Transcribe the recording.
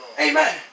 Amen